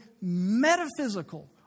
metaphysical